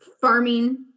farming